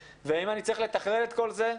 ואם אני צריך לתכלל את כל זה,